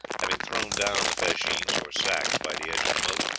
having thrown down the fascines or sacks by the edge of the moat,